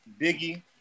Biggie